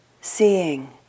seeing